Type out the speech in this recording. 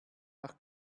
nach